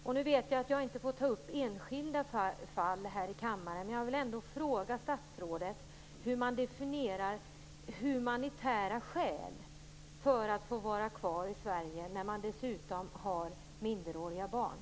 Jag vet att jag inte får ta upp enskilda fall här i kammaren, men jag vill fråga statsrådet hur man definierar humanitära skäl för den som vill vara kvar i Sverige och som dessutom har minderåriga barn.